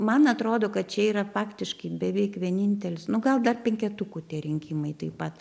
man atrodo kad čia yra faktiškai beveik vienintelis nu gal dar penketukų tie rinkimai taip pat